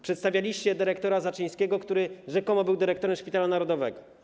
Przedstawialiście dyrektora Zaczyńskiego, który rzekomo był dyrektorem szpitala narodowego.